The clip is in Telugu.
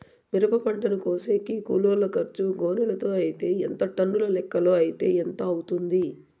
మిరప పంటను కోసేకి కూలోల్ల ఖర్చు గోనెలతో అయితే ఎంత టన్నుల లెక్కలో అయితే ఎంత అవుతుంది?